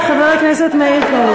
את חבר הכנסת מאיר פרוש.